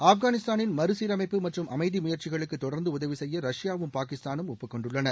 ஆப்கானிஸ்தானின் மறுசீரமைப்பு மற்றும் அமைதி முயற்சிகளுக்கு தொடர்ந்து உதவி செய்ய ரஷ்யாவும் பாகிஸ்தானும் ஒப்புக் கொண்டுள்ளன